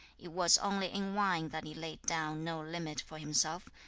it was only in wine that he laid down no limit for himself,